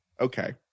Okay